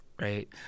Right